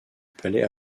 palais